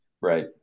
Right